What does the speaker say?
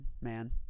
man